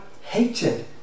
hated